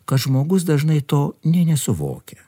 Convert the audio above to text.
kad žmogus dažnai to nė nesuvokia